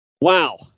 Wow